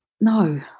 No